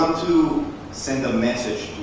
to send a message